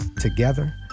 Together